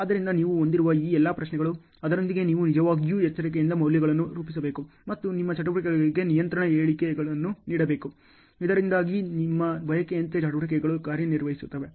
ಆದ್ದರಿಂದ ನೀವು ಹೊಂದಿರುವ ಈ ಎಲ್ಲಾ ಪ್ರಶ್ನೆಗಳು ಅದರೊಂದಿಗೆ ನೀವು ನಿಜವಾಗಿಯೂ ಎಚ್ಚರಿಕೆಯಿಂದ ಮೌಲ್ಯಗಳನ್ನು ರೂಪಿಸಬೇಕು ಮತ್ತು ನಿಮ್ಮ ಚಟುವಟಿಕೆಗಳಿಗೆ ನಿಯಂತ್ರಣ ಹೇಳಿಕೆಗಳನ್ನು ನೀಡಬೇಕು ಇದರಿಂದಾಗಿ ನಿಮ್ಮ ಬಯಕೆಯಂತೆ ಚಟುವಟಿಕೆಗಳು ಕಾರ್ಯನಿರ್ವಹಿಸುತ್ತವೆ